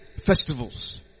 festivals